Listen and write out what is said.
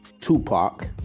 Tupac